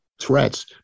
threats